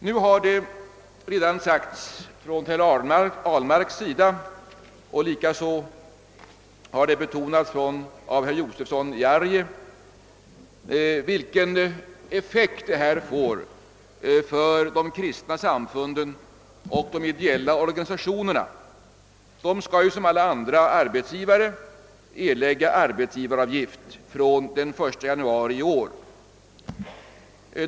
Det har redan sagts från herr Ahlmarks sida och likaså har det betonats av herr Josefson i Arrie vilken effekt detta får för de kristna samfunden och de ideella organisationerna. De skall som alla andra arbetsgivare erlägga arbetsgivaravgift från den 1 januari i år.